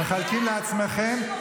אתם מחלקים לעצמכם,